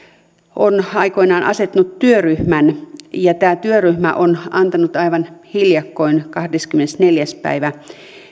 on aikoinaan asettanut työryhmän ja tämä työryhmä on antanut aivan hiljakkoin kahdeskymmenesneljäs päivä